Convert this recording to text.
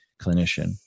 clinician